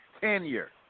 tenure